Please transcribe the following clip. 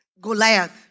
Goliath